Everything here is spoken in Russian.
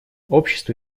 общество